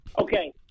okay